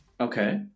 Okay